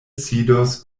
sidos